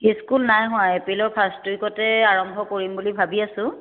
school নাই হোৱা এপ্ৰিলৰ ফাৰ্ষ্ট উইকতে আৰম্ভ কৰিম বুলি ভাবি আছোঁ